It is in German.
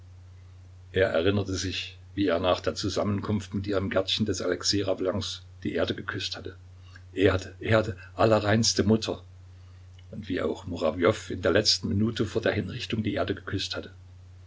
er erinnerte sich wie er nach der zusammenkunft mit ihr im gärtchen des alexej ravelins die erde geküßt hatte erde erde allerreinste mutter und wie auch murawjow in der letzten minute vor der hinrichtung die erde geküßt hatte